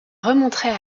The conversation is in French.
remonterait